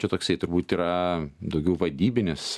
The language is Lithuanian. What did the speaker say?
čia toksai turbūt yra daugiau vadybinis